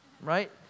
right